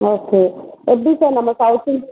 okay எப்படி sir நம்ம south இந்